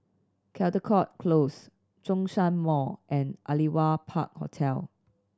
Caldecott Close Zhongshan Mall and Aliwal Park Hotel